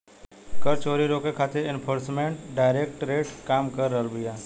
कर चोरी के रोके खातिर एनफोर्समेंट डायरेक्टरेट काम कर रहल बिया